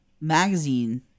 magazine